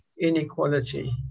inequality